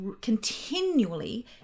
continually